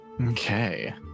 Okay